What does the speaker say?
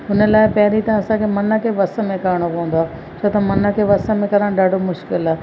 हुन लाइ पहिरीं त असांखे मन खे वस में करणो पवंदो आहे छो त मन खे वस में करणु ॾाढो मुश्किल आहे